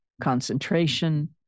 concentration